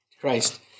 Christ